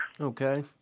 Okay